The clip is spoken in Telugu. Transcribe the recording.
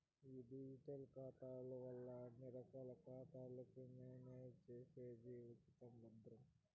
ఈ డిజిటల్ ఖాతాల వల్ల అన్ని రకాల ఖాతాలను మేనేజ్ చేసేది ఉచితం, భద్రం